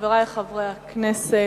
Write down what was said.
חברי חברי הכנסת,